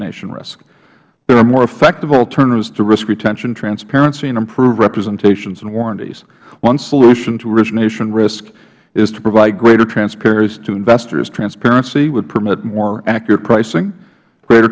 origination risk there are more effective alternatives to risk retention transparency and improved representations and warranties one solution to origination risk is to provide greater transparency to investors transparency would permit more accurate pricing greater